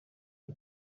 y’u